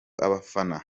abafana